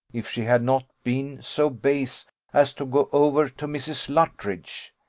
if she had not been so base as to go over to mrs. luttridge.